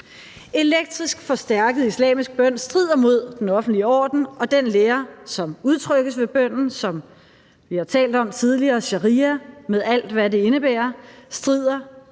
Elektrisk forstærket islamisk bøn strider mod den offentlige orden, og den lære, som udtrykkes ved bønnen, som f.eks. – som vi har talt om tidligere – sharia med alt, hvad det indebærer, strider